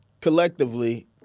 collectively